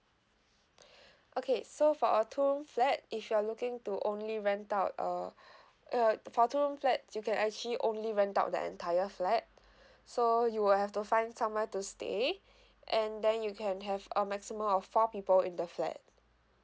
okay so for a two room flat if you're looking to only rent out uh uh for two room flat you can actually only rent out the entire flat so you will have to find somewhere to stay and then you can have a maximum of four people in the flat